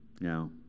Now